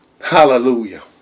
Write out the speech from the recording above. Hallelujah